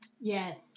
Yes